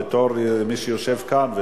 בתור מי שיושב כאן,